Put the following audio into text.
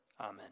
Amen